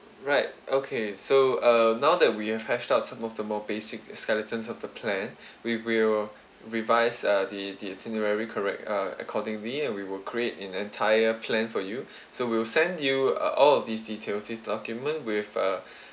right okay so uh now that we have hashed out some of the more basic skeletons of the plan we will revise uh the the itinerary correct uh accordingly and we will create an entire plan for you so we'll send you uh all of these details this document with uh